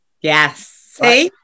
Yes